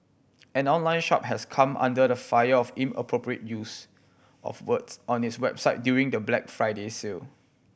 an online shop has come under fire for inappropriate use of words on its website during the Black Friday sale